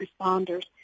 responders